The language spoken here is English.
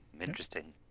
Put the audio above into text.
interesting